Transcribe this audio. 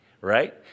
Right